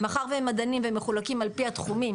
מאחר והם מדענים והם מחולקים על פי התחומים,